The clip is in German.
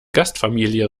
gastfamilie